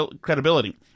credibility